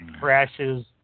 crashes